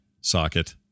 socket